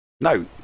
No